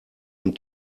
und